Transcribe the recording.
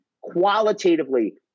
qualitatively